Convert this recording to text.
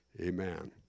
Amen